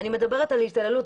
אני מדברת על התעללות.